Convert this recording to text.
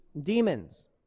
demons